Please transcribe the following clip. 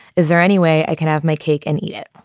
is there any way i can have my cake and eat it?